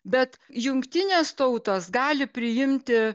bet jungtinės tautos gali priimti